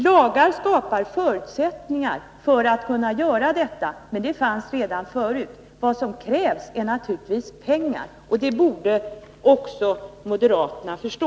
Lagar skapar förutsättningar för att kunna göra detta, men de finns redan förut. Vad som krävs är naturligtvis pengar. Det borde även moderaterna förstå.